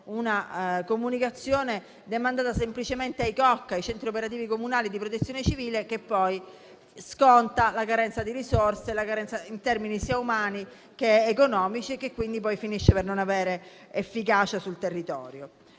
una comunicazione demandata semplicemente ai centri operativi comunali (COC) di protezione civile, che poi scontano la carenza di risorse, in termini sia umani che economici, finendo poi per non avere efficacia sul territorio.